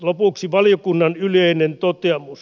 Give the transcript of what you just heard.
lopuksi valiokunnan yleinen toteamus